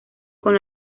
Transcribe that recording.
con